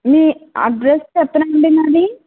ఈ అడ్రస్ చెప్పనండీ మరి